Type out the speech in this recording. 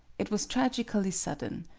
it was tragically sudden.